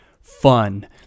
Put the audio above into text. fun